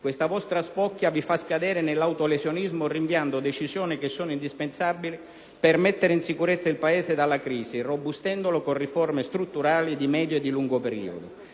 Questa vostra spocchia vi fa scadere nell'autolesionismo, rinviando decisioni che sono indispensabili per mettere in sicurezza il Paese dalla crisi, irrobustendolo con riforme strutturali di medio e di lungo periodo.